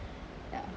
ya